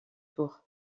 tour